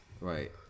Right